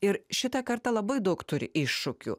ir šita karta labai daug turi iššūkių